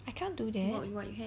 I can't do that